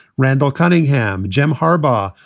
randall cunningham. jim harbaugh.